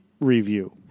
review